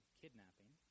kidnapping